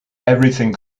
everything